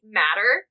matter